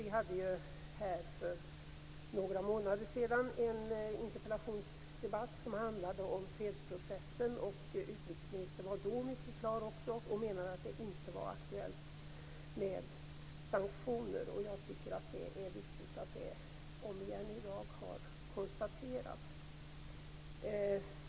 Vi hade för några månader sedan en interpellationsdebatt som handlade om fredsprocessen. Utrikesministern var också då mycket klar och menade att det inte var aktuellt med sanktioner. Jag tycker att det är viktigt att det har konstaterats omigen i dag.